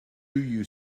you